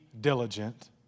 diligent